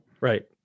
Right